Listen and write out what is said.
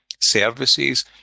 services